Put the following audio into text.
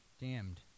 damned